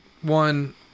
one